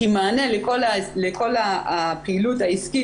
כי מענה לכל הפעילות העסקית,